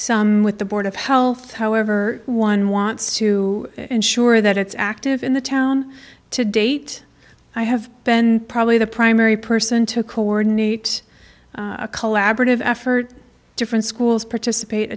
some with the board of health however one wants to ensure that it's active in the town to date i have been probably the primary person to coordinate a collaborative effort different schools participate